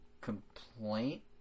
complaint